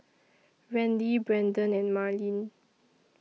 Randi Brendon and Marlyn